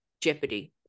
Jeopardy